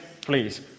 please